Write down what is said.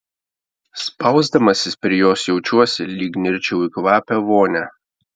spausdamasis prie jos jaučiuosi lyg nirčiau į kvapią vonią